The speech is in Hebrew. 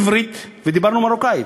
עברית, ודיברנו מרוקאית.